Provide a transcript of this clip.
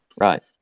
Right